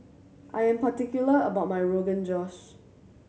I am particular about my Rogan Josh